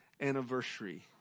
anniversary